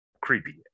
creepy